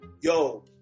Yo